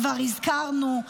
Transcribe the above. כבר הזכרנו,